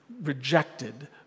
rejected